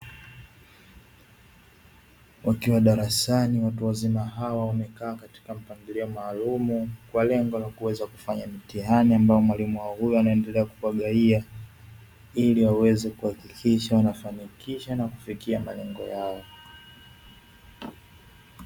Wakiwa darasani, watu wazima hawa wamekaa katika mpangilio maalumu kwa lengo la kuweza kufanya mitihani, ambayo mwalimu wao huyu anaendelea kuwagawia, ili waweze kuhakikisha wanafanikisha na kufikia malengo yao.